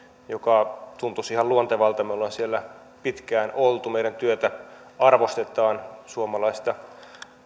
joka tuntuisi ihan luontevalta me olemme siellä pitkään olleet meidän työtämme arvostetaan suomalaista